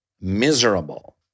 miserable